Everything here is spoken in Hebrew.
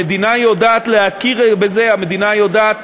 המדינה יודעת להכיר בזה, המדינה יודעת